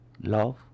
Love